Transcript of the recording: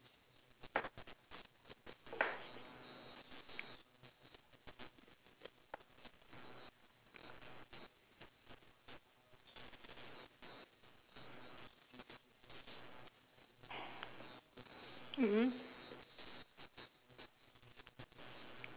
mm mm